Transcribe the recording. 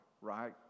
right